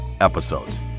episodes